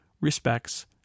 Respects